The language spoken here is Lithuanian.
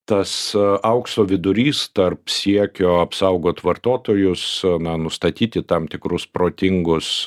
tas aukso vidurys tarp siekio apsaugot vartotojus na nustatyti tam tikrus protingus